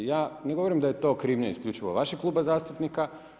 Ja ne govorim da je to krivnja isključivo vašeg kluba zastupnika.